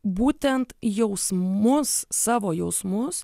būtent jausmus savo jausmus